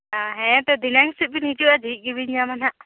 ᱚᱸᱻ ᱦᱮᱸ ᱛᱚ ᱫᱷᱤᱱᱟᱹᱝ ᱥᱮᱫ ᱵᱮᱱ ᱦᱤᱡᱩᱜᱼᱟ ᱡᱷᱤᱡ ᱜᱮᱵᱮᱱ ᱧᱟᱢᱟ ᱱᱟᱦᱟᱜ